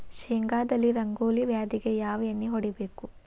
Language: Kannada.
ಶೇಂಗಾದಲ್ಲಿ ರಂಗೋಲಿ ವ್ಯಾಧಿಗೆ ಯಾವ ಎಣ್ಣಿ ಹೊಡಿಬೇಕು?